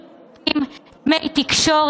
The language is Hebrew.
נגישות